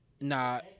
nah